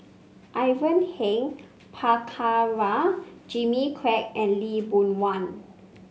Ivan Heng Prabhakara Jimmy Quek and Lee Boon Wang